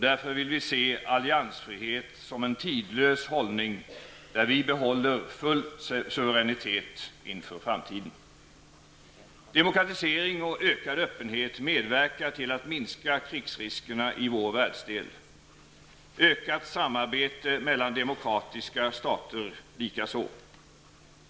Därför vill vi se alliansfrihet som en tidlös hållning, där vi behåller full suveränitet inför framtiden. Demokratisering och ökad öppenhet medverkar till minskade krigsrisker i vår världsdel och likaså till ett ökat samarbete mellan demokratiska stater.